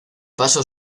paso